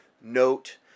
note